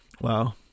Wow